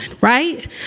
right